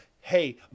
hey